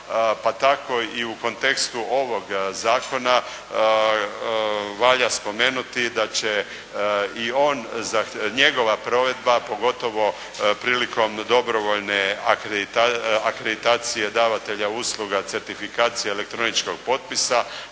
pa tako i u kontekstu ovog zakona valja spomenuti da će i njegova provedba, pogotovo prilikom dobrovoljne akreditacije davatelja usluga certifikacije i elektroničkog potpisa